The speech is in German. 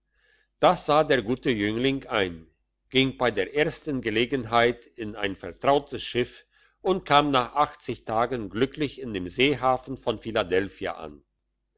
das sah der gute jüngling ein ging bei der ersten gelegenheit in ein vertrautes schiff und kam nach tagen glücklich in dem seehafen von philadelphia an